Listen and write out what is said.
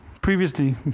Previously